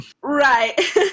right